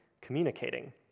communicating